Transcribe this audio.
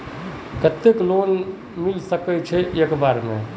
केते लोन मिलबे सके है एक बार में?